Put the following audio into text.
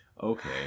Okay